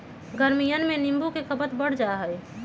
गर्मियन में नींबू के खपत बढ़ जाहई